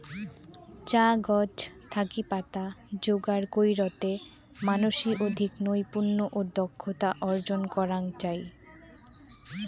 চা গছ থাকি পাতা যোগার কইরতে মানষি অধিক নৈপুণ্য ও দক্ষতা অর্জন করাং চাই